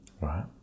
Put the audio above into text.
Right